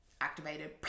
activated